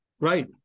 Right